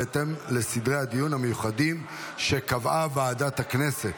בהתאם לסדרי הדיון המיוחדים שקבעה ועדת הכנסת.